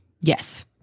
Yes